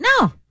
No